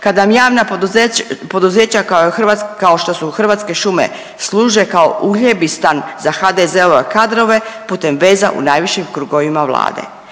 kad vam javna poduzeća kao što su Hrvatske šume služe kao uhljebistan za HDZ-ove kadrove putem veza u najvišim krugovima Vlade.